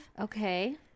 Okay